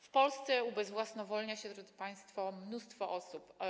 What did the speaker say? W Polsce ubezwłasnowolnia się, drodzy państwo, mnóstwo osób.